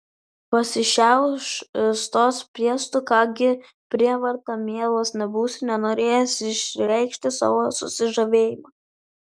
pasišiauš stos piestu ką gi prievarta mielas nebūsi tenorėjęs išreikšti savo susižavėjimą